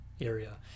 area